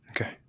Okay